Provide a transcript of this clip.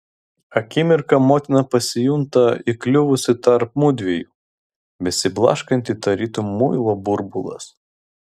akimirką motina pasijunta įkliuvusi tarp mudviejų besiblaškanti tarytum muilo burbulas